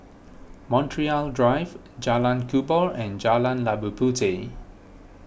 Montreal Drive Jalan Kubor and Jalan Labu Puteh